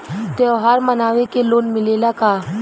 त्योहार मनावे के लोन मिलेला का?